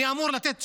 מי אמור לתת תשובות?